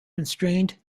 constrained